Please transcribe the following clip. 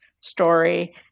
story